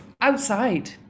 outside